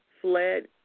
fled